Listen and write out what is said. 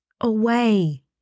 away